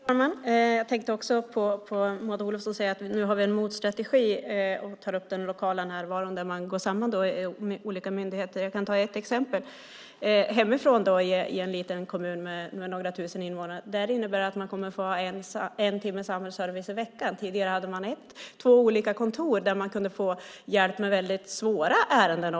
Fru talman! Jag tänkte också på att Maud Olofsson säger att man nu har en motstrategi och tar upp den lokala närvaron där olika myndigheter går samman. Jag kan ta ett exempel hemifrån, en liten kommun med några tusen invånare. Där innebär det att man kommer att få en timmes samhällsservice i veckan. Tidigare fanns det två olika kontor där man kunde få hjälp också med väldigt svåra ärenden.